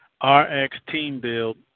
R-X-Team-Build